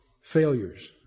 failures